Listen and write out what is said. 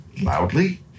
loudly